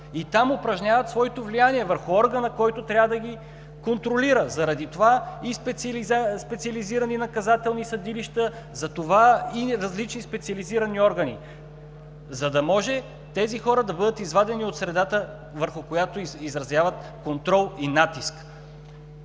са, и упражняват своето влияние върху органа, който трябва да ги контролира. Заради това са специализираните наказателни съдилища, затова са различните специализирани органи, за да може тези хора да бъдат извадени от средата, върху която упражняват контрол и натиск.